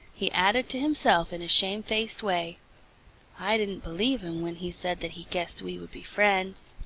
he added to himself in a shame-faced way i didn't believe him when he said that he guessed we would be friends.